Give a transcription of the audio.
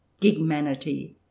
gigmanity